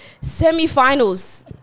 Semi-finals